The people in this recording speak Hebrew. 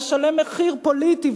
לשלם מחיר פוליטי,